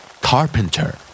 Carpenter